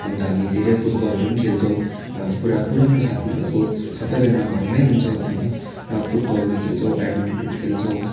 अन्त हामी धेरै फुटबलहरू पनि खेल्छौँ अब पुरा पुरानो साथीहरू अब सबैजना घरमै हुन्छ अन्त र फुटबलहरू खेल्छौँ बेडमिन्टनहरू खेल्छौँ